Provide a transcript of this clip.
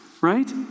Right